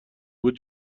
بود